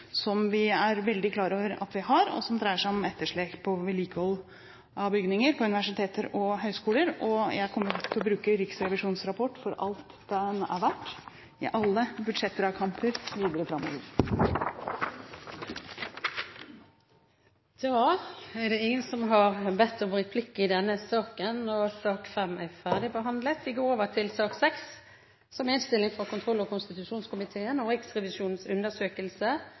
som vi er veldig klar over at vi har, som dreier seg om etterslep på vedlikehold av bygninger på universiteter og høyskoler. Og jeg kommer til å bruke Riksrevisjonens rapport for alt den er verdt, i alle budsjettdrakamper videre framover. Flere har ikke bedt om ordet til sak nr. 5. Jeg synes det er greit å innlede denne femte riksrevisjonsrapportsaken i Stortinget i dag med å si litt om at vi har vært vitne til en viss kritikk av Riksrevisjonen i vinter og